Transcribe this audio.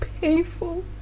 painful